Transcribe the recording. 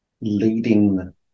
leading